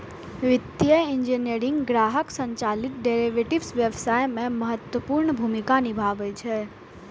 वित्तीय इंजीनियरिंग ग्राहक संचालित डेरेवेटिव्स व्यवसाय मे महत्वपूर्ण भूमिका निभाबै छै